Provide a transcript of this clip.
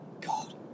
God